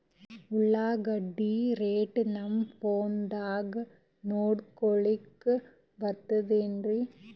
ಉಳ್ಳಾಗಡ್ಡಿ ರೇಟ್ ನಮ್ ಫೋನದಾಗ ನೋಡಕೊಲಿಕ ಬರತದೆನ್ರಿ?